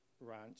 ranch